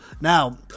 Now